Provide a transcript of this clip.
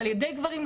על ידי גברים,